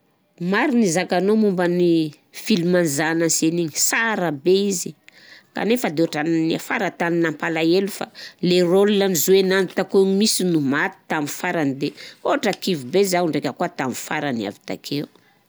Marigny i zakanao momban'ny filma nizahanany ansena igny, sara be izy! Kanefa tô ohatrany niafara tamin'ny nampalahelo fa le rôle nozoenany takao mihinsy no maty tamin'ny farany de ohatrany kivy be zaho ndraika koà tamin'ny farany avy takeo.